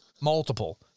multiple